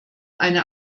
eine